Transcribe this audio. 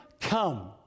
come